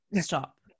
Stop